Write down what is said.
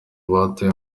batawe